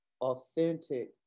authentic